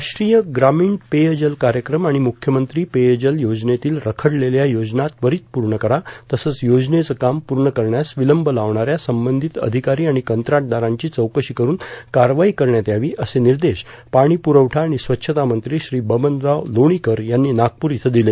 राष्ट्रीय ग्रामीण पेयजल कार्यक्रम आणि मुख्यमंत्री पेयजल योजनेतील रखडलेल्या योजना त्वरीत पूर्ण करा तसंच योजनेचं काम पूर्ण करण्यास विलंब लावणाऱ्या संबंधित अधिकारी आणि कंत्राटदारांची चौकशी करून कारवाई करण्यात यावी असे निर्देश पाणी प्रवठा आणि स्वच्छता मंत्री श्री बबनराव लोणीकर यांनी नागप्रर इथं दिले